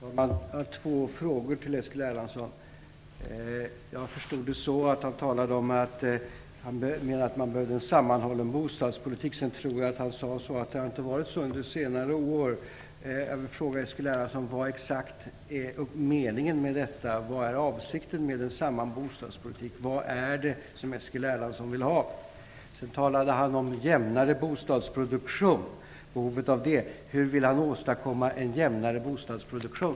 Herr talman! Jag har två frågor till Eskil Erlandsson. Jag förstod det så, att han menade att man behöver en sammanhållen bostadspolitik. Jag tror att han sade att det inte har varit så under senare år. Jag vill fråga Eskil Erlandsson exakt vad som är meningen med detta. Vad är avsikten med en sammanhållen bostadspolitik? Vad är det Eskil Erlandsson vill ha? Han talade om behovet av jämnare bostadsproduktion. Hur vill han åstadkomma en jämnare bostadsproduktion?